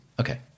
Okay